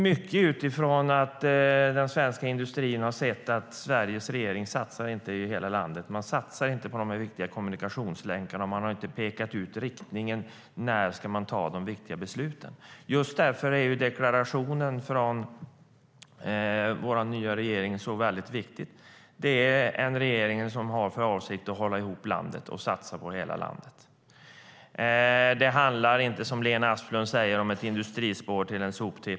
Det beror mycket på att den svenska industrin har sett att Sveriges regering inte satsat i hela landet, inte satsat på de viktiga kommunikationslänkarna och inte pekat ut riktningen när de viktiga besluten ska tas. Det handlar inte, som Lena Asplund säger, om ett industrispår till en soptipp.